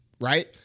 right